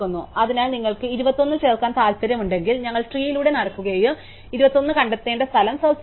അതിനാൽ നിങ്ങൾക്ക് 21 ചേർക്കാൻ താൽപ്പര്യമുണ്ടെങ്കിൽ ഞങ്ങൾ ട്രീയിലൂടെ നടക്കുകയും 21 കണ്ടെത്തേണ്ട സ്ഥലം സെർച്ച് ചെയ്യും